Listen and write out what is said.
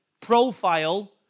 profile